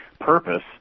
purpose